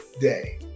day